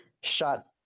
shot